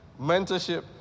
mentorship